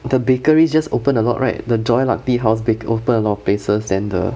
the bakeries just opened a lot right the joy luck teahouse they open a lot of places then the